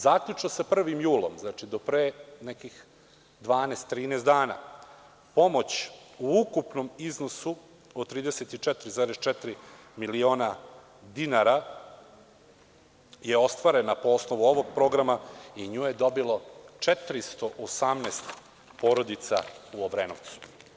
Zaključno sa 1. julom, znači do pre 12-13 dana, pomoć u ukupnom iznosu od 34,4 miliona dinara je ostvareno po osnovu ovog programa i nju je dobilo 418 porodica u Obrenovcu.